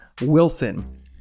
Wilson